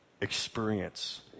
experience